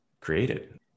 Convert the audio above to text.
created